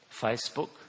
Facebook